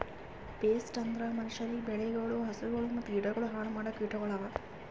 pest ಅಂದುರ್ ಮನುಷ್ಯರಿಗ್, ಬೆಳಿಗೊಳ್, ಹಸುಗೊಳ್ ಮತ್ತ ಗಿಡಗೊಳ್ ಹಾಳ್ ಮಾಡೋ ಕೀಟಗೊಳ್ ಅವಾ